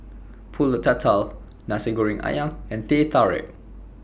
Pulut Tatal Nasi Goreng Ayam and Teh Tarik